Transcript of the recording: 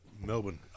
Melbourne